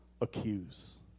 Accuse